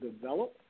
develop